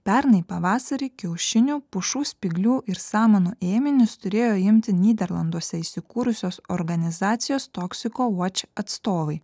pernai pavasarį kiaušinių pušų spyglių ir samanų ėminius turėjo imti nyderlanduose įsikūrusios organizacijos toxico watch atstovai